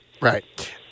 right